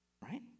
Right